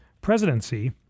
presidency